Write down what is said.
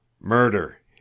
Murder